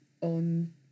on